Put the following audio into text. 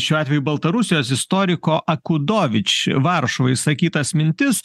šiuo atveju baltarusijos istoriko akudovič varšuvoj išsakytas mintis